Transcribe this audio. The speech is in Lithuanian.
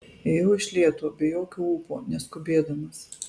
ėjau iš lėto be jokio ūpo neskubėdamas